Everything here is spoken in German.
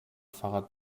fahrrad